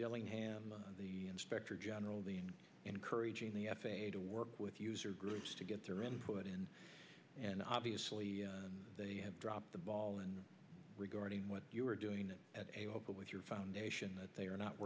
bellingham the inspector general the and encouraging the f a a to work with user groups to get their input in and obviously they have dropped the ball and regarding what you were doing at a local with your foundation that they are not